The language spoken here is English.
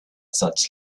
such